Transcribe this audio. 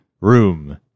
Room